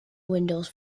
windows